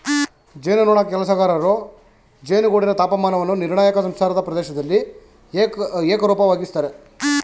ಜೇನುನೊಣ ಕೆಲಸಗಾರರು ಜೇನುಗೂಡಿನ ತಾಪಮಾನವನ್ನು ನಿರ್ಣಾಯಕ ಸಂಸಾರದ ಪ್ರದೇಶ್ದಲ್ಲಿ ಏಕರೂಪವಾಗಿಸ್ತರೆ